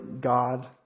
God